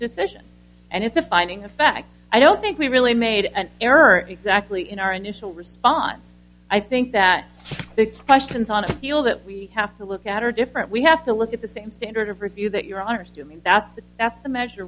decision and it's a finding of fact i don't think we really made an error exactly in our initial response i think that six questions on appeal that we have to look at are different we have to look at the same standard of review that your honor system and that's that's the measure